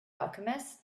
alchemist